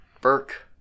Burke